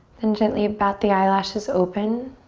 then gently bat the eyelashes open.